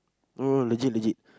no legit legit